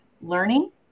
learning